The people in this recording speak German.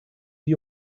die